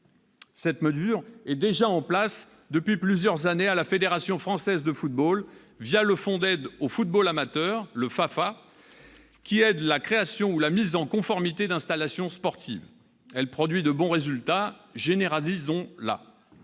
Cette mesure est déjà en place depuis plusieurs années à la Fédération française de football, le fonds d'aide au football amateur, le FAFA, qui aide la création ou la mise en conformité d'installations sportives. Elle produit de bons résultats. Généralisons-la !